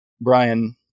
Brian